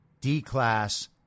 D-class